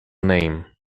name